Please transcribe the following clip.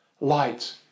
light